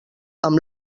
amb